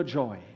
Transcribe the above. joy